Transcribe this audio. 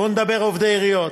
בואו נדבר על עובדי עיריות,